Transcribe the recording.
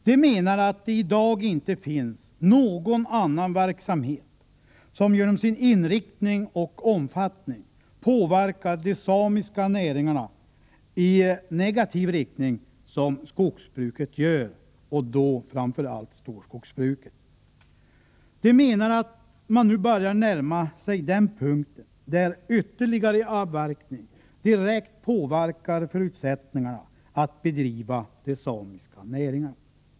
De menar att det i dag inte finns någon annan verksamhet som genom sin inriktning och omfattning påverkar de samiska näringarna i negativ riktning som skogsbruket gör — och då framför allt storskogsbruket. De menar att man nu börjar närma sig den punkt där ytterligare avverkning direkt påverkar förutsättningarna att bedriva de samiska näringarna.